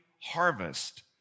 harvest